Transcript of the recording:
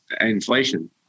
inflation